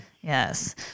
Yes